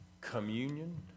communion